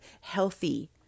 healthy